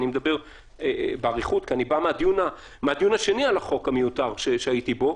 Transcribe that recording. אני מדבר באריכות כי אני בא מהדיון השני על החוק המיותר שהייתי בו.